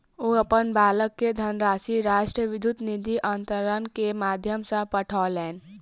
ओ अपन बालक के धनराशि राष्ट्रीय विद्युत निधि अन्तरण के माध्यम सॅ पठौलैन